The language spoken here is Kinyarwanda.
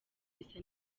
bisa